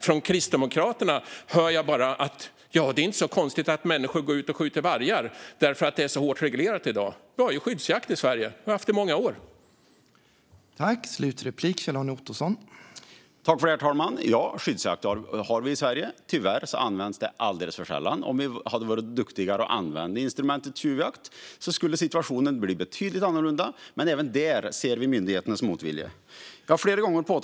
Från Kristdemokraterna hör jag bara att det inte är konstigt att människor går ut och skjuter vargar, eftersom det är så hårt reglerat i dag. Men vi har ju skyddsjakt i Sverige och har haft det i många år.